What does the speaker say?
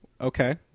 okay